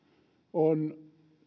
on